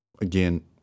again